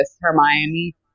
Hermione